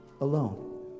alone